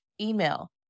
email